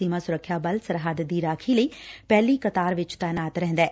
ਸੀਮਾ ਸੁਰੱਖਿਆ ਬਲ ਸਰਹੱਦ ਦੀ ਰਾਖੀ ਲਈ ਪਹਿਲੀ ਕਤਾਰ ਵਿਚ ਤਾਇਨਾਤ ਰਹਿੰਦੈ